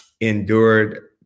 endured